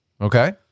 Okay